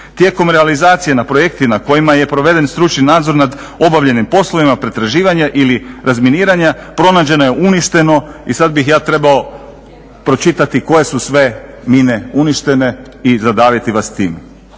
tijekom realizacije na projektima kojima je proveden stručni nadzor nad obavljenim poslovima pretraživanja ili razminiranja, pronađeno je, uništeno i sad bih ja trebao pročitati koje su sve mine uništene i zadaviti vas s tim.